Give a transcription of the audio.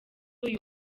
uyu